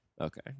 Okay